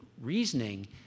reasoning